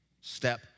step